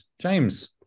James